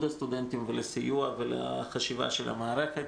הסטודנטים ולסיוע ולחשיבה של המערכת.